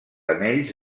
anells